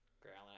growling